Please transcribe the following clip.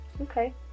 Okay